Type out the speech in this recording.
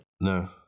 no